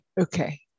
Okay